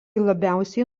labiausiai